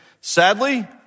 sadly